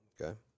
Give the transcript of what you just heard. okay